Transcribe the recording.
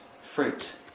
fruit